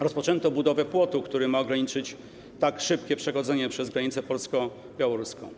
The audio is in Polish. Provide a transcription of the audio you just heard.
Rozpoczęto budowę płotu, który ma ograniczyć tak szybkie przechodzenie przez granicę polsko-białoruską.